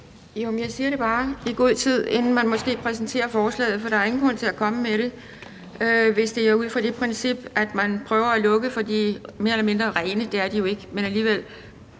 jeg siger det bare i god tid, inden man måske præsenterer forslaget, for der er ingen grund til at komme med det, hvis det er ud fra det princip, at man prøver at lukke for de mere eller mindre rene lande – det er de jo ikke, men alligevel